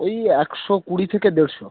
ওই একশো কুড়ি থেকে দেড়শো